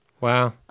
Wow